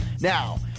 Now